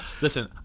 Listen